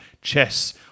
chess